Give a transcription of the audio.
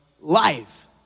life